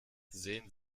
sehen